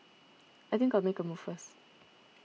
I think I'll make a move first